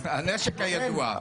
הנשק הידוע.